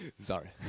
Sorry